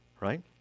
right